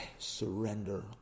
Surrender